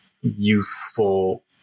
youthful